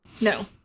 No